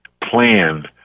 plan